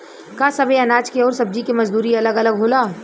का सबे अनाज के अउर सब्ज़ी के मजदूरी अलग अलग होला?